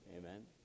Amen